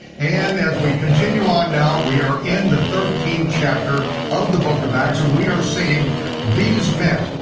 and as we continue on now, we are in the thirteenth chapter of the book of acts, and we are seeing these men.